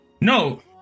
No